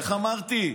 איך אמרתי,